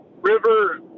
river